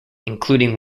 including